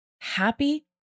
happy